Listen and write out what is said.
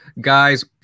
Guys